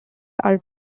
are